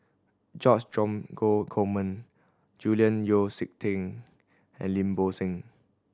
George Dromgold Coleman Julian Yeo See Teck and Lim Bo Seng